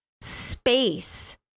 space